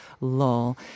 lol